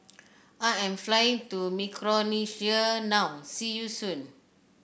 I am flying to Micronesia now see you soon